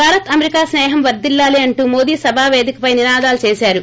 Bharat America స్సే హం వర్దిల్లాలి అంటూ మోదీ సభా పేధికపై నినాదాలు చేశారు